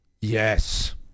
Yes